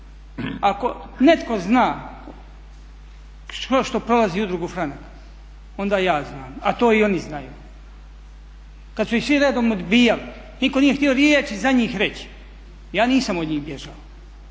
Ako netko zna kroz što prolazi Udruga "Franak" onda ja znam, a to i oni znaju. Kada su ih svi redom odbijali, nitko nije htio riječi za njih reći, ja nisam od njih bježao,